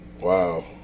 wow